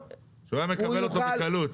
השאלה אם הוא מקבל אותו בקלות.